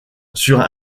sur